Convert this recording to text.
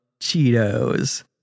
cheetos